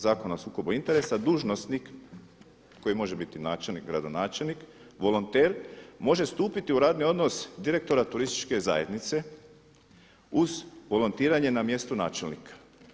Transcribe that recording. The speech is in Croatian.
Zakona o sukobu interesa dužnosnik koji može biti načelnik, gradonačelnik, volonter može stupiti u radni odnos direktora turističke zajednice uz volontiranje u mjestu načelnika.